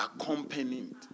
Accompanied